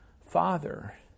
Father